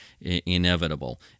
inevitable